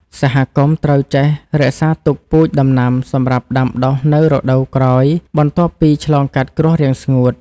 សហគមន៍ត្រូវចេះរក្សាទុកពូជដំណាំសម្រាប់ដាំដុះនៅរដូវក្រោយ បន្ទាប់ពីឆ្លងកាត់គ្រោះរាំងស្ងួត។